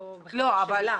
אפשר להיות נגד